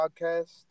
podcast